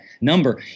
number